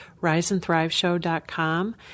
riseandthriveshow.com